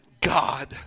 God